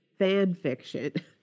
fanfiction